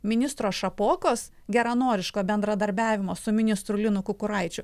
ministro šapokos geranoriško bendradarbiavimo su ministru linu kukuraičiu